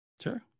Sure